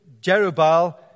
Jerubal